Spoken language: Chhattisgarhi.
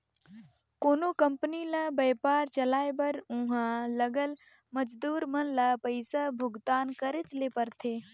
कोनो कंपनी ल बयपार चलाए बर उहां लगल मजदूर मन ल पइसा भुगतान करेच ले परथे